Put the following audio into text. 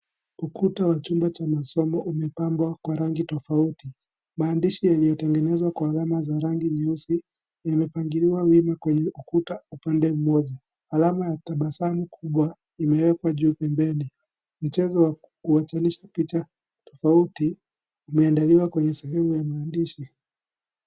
Ukuta wa chumba cha masomo umepambwa kwa rangi tofauti. Maandishi yaliyotengenezwa kwa alama za rangi nyeusi imepangiliwa wima kwenye ukuta upande mmoja. Alama ya tabasamu kubwa imwekwa juu pembeni. Micheza ya kuachanisha picha tofauti imeandaliwa kwenye sehemu ya maandishi.